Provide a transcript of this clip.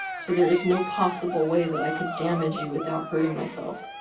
so there is no possible way that i could damage you without hurting myself.